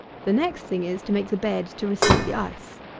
the next thing is to make the bed to receive the ice.